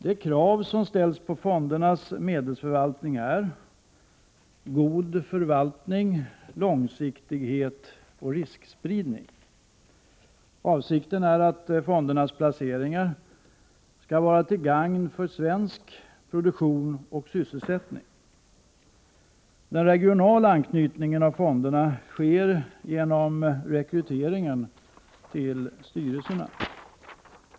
De krav som ställs på löntagarfondernas medelsförvaltning är god förvaltning, långsiktighet och riskspridning. Avsikten är att löntagarfondernas placeringar skall vara till gagn för svensk produktion och sysselsättning. Den regionala anknytningen av fonderna sker genom rekryteringen till styrelserna.